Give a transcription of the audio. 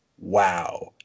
Wow